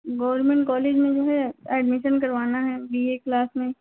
government college में जो है एडमिशन करवाना है बी ए क्लास में